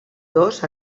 dos